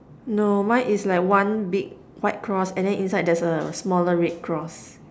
no mine is like one big white cross and then inside there's a smaller red cross